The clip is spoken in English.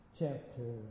chapter